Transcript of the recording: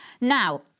Now